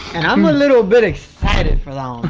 i'm a little bit excited for that um